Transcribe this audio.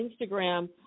Instagram